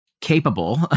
capable